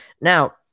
Now